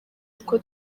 uko